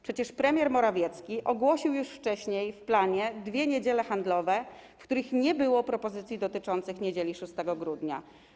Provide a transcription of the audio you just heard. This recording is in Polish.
Przecież premier Morawiecki ogłosił już wcześniej w planie dwie niedziele handlowe, i tam nie było propozycji dotyczących niedzieli 6 grudnia.